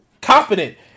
confident